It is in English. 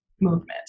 movement